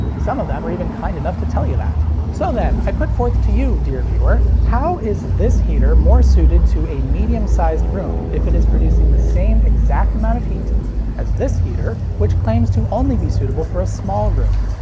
some of them are even kind enough to tell you that. so then, i put forth to you dear viewer, how is this heater more suited to a medium-sized room if it is producing the same exact amount of heat as this heater which claims to only be suitable for a small room?